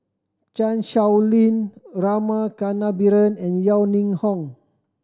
Chan Sow Lin Rama Kannabiran and Yeo Ning Hong